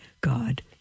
God